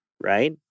Right